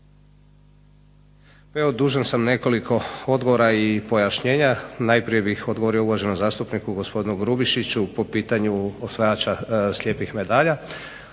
Evo dužan sam nekoliko odgovora i pojašnjenja. Najprije bih odgovorio gospodinu zastupniku Grubišiću po pitanju osvajača slijepih medalja.